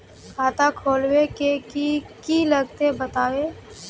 खाता खोलवे के की की लगते बतावे?